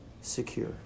secure